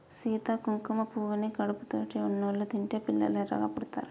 సీత కుంకుమ పువ్వుని కడుపుతోటి ఉన్నోళ్ళు తింటే పిల్లలు ఎర్రగా పుడతారట